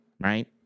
right